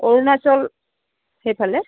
অৰুণাচল সেইফালে